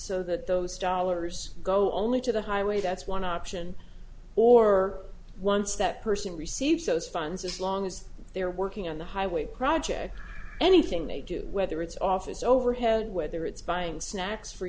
so that those dollars go only to the highway that's one option or once that person receives those funds as long as they're working on the highway projects anything they get whether it's office overhead whether it's buying snacks for